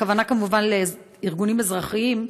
הכוונה, כמובן, לארגונים אזרחיים.